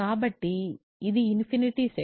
కాబట్టి ఇది infinity set